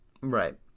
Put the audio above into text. right